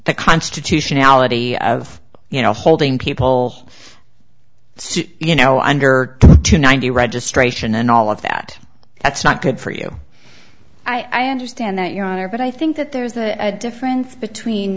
the constitutionality of you know holding people you know under two ninety registration and all of that that's not good for you i understand that your honor but i think that there's a difference between